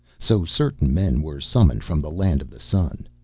so certain men were summoned from the land of the sun.